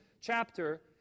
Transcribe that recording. chapter